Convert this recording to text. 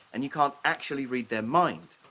and you can't actually read their mind.